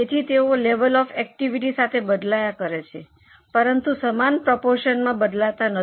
તેથી તેઓ level of activity સાથે બદલાયા કરે છે પરંતુ સમાન પ્રોપોરશનમાં બદલાતા નથી